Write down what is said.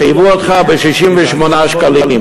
חייבו אותך ב-68 שקלים.